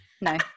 no